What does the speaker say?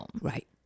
Right